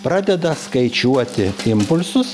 pradeda skaičiuoti impulsus